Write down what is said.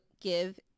give